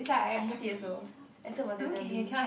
I hate it also except for teletubby